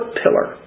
pillar